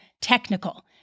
technical